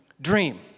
dream